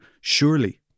surely